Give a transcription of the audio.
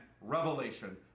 revelation